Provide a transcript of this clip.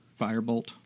firebolt